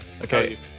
Okay